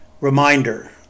reminder